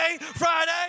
Friday